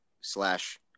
slash